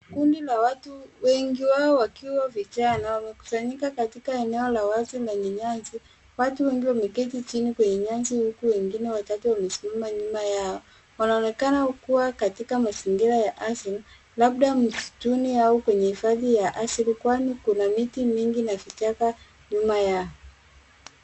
Kundi la watu wengi wao wakiwa vijana wamekusanyika katika eneo la wazi lenye nyasi. Watu wengi wameketi chini kwenye nyasi wengine watatu wamesimama nyuma yao. Wanaonekana kuwa katika mazingira ya asili labda msituni au kwenye hifadhi ya asili kwani kuna miti mingi na vichaka nyuma yao.